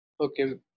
Okay